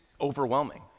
overwhelming